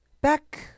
back